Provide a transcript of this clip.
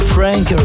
Frank